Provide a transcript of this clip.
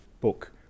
book